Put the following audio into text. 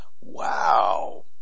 wow